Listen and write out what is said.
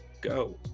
go